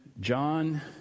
John